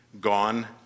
gone